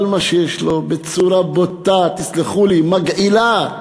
כל מה שיש לו, בצורה בוטה, תסלחו לי, מגעילה,